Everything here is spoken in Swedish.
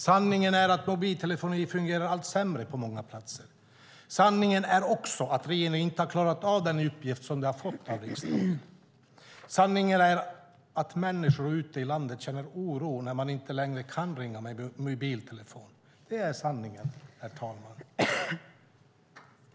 Sanningen är att mobiltelefoni fungerar allt sämre på många platser. Sanningen är också att regeringen inte har klarat av den uppgift som den har fått av riksdagen. Sanningen är att människor ute i landet känner oro när de inte längre kan ringa med mobiltelefon. Det är sanningen.